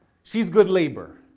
she's good labor,